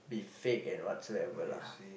be fake and whatsoever lah